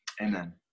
amen